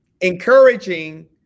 encouraging